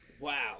Wow